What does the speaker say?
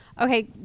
okay